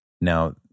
Now